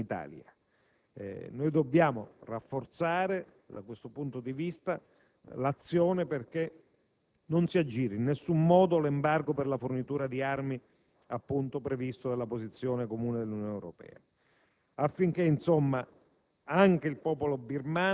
che hanno anche delle componenti prodotte in Italia. Dobbiamo rafforzare, da questo punto di vista, l'azione perché non si aggiri in nessun modo l'embargo per la fornitura di armi, appunto previsto dalla posizione comune dell'Unione Europea;